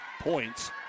points